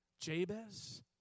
Jabez